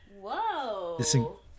Whoa